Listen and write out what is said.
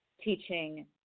teaching